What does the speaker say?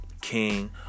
King